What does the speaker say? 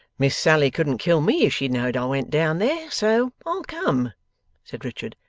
miss sally couldn't kill me if she know'd i went down there, so i'll come said richard,